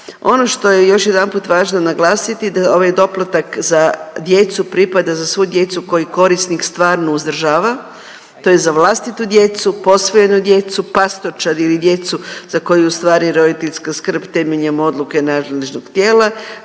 Ono što je još jedanput važno naglasiti da ovaj doplatak za djecu pripada za svu djecu koji korisnik stvarno uzdržava to je za vlastitu djecu, posvojenu djecu, pastorčad ili djecu za koju ostvaruje roditeljsku skrb temeljem odluke nadležnog tijela,